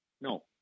No